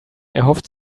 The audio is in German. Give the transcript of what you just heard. erhofft